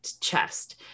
chest